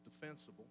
defensible